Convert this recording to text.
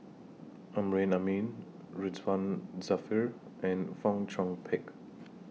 Amrin Amin Ridzwan Dzafir and Fong Chong Pik